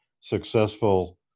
successful